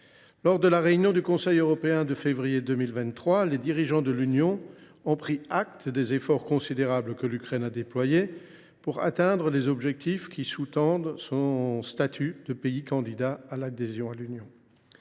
Lors de la réunion du Conseil européen de février 2023, les dirigeants de l’Union ont pris acte des efforts considérables que l’Ukraine a déployés en vue d’atteindre les objectifs indispensables pour justifier de son statut de pays candidat à l’adhésion à l’Union.